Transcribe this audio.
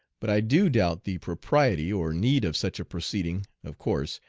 but i do doubt the propriety or need of such a proceeding, of course,